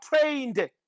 trained